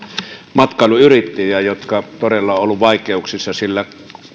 matkailuyrittäjiä jotka todella ovat olleet vaikeuksissa sillä